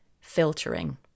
filtering